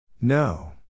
No